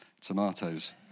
tomatoes